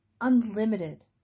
unlimited